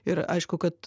ir aišku kad